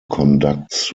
conducts